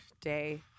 Day